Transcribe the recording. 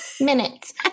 minutes